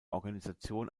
organisation